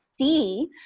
see